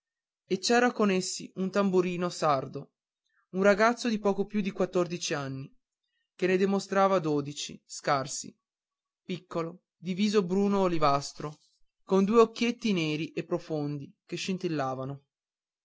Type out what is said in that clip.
e c'era con essi un tamburino sardo un ragazzo di poco più di quattordici anni che ne dimostrava dodici scarsi piccolo di viso bruno olivastro con due occhietti neri e profondi che